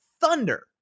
Thunder